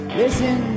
listen